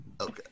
okay